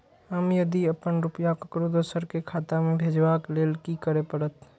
हम यदि अपन रुपया ककरो दोसर के खाता में भेजबाक लेल कि करै परत?